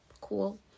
cool